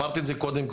אמרת את זה קודם,